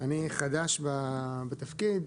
אני חדש בתפקיד.